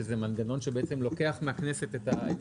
שזה מנגנון שבעצם לוקח מהכנסת את הסמכות.